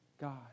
God